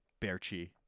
Berchi